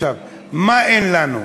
עכשיו, מה אין לנו?